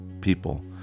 people